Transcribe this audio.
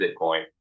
Bitcoin